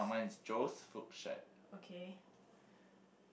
okay